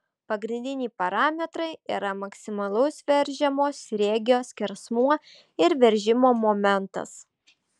pagrindiniai parametrai yra maksimalaus veržiamo sriegio skersmuo ir veržimo momentas